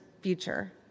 future